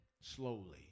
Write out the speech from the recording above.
slowly